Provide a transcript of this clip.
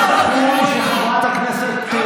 חברת הכנסת גולן,